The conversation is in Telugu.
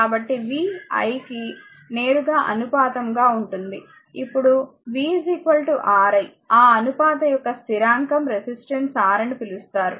కాబట్టి v i కి నేరుగా అనుపాతం గా ఉంటుంది ఇప్పుడు v Ri ఆ అనుపాత యొక్క స్థిరాంకం రెసిస్టెన్స్ R అని పిలుస్తారు